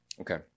Okay